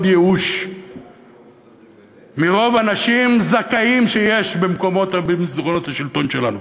ייאוש מרוב אנשים זכאים שיש במסדרונות השלטון שלנו.